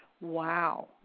Wow